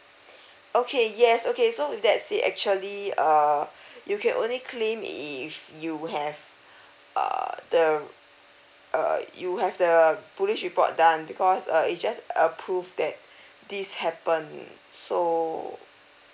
okay yes okay so with that say actually uh you can only claim if you'd have the uh you have the police report done because uh it just a proof that this happened so